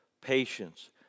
patience